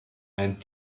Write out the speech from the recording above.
ein